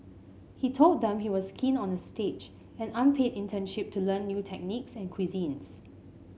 he told them he was keen on a stage an unpaid internship to learn new techniques and cuisines